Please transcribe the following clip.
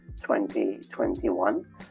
2021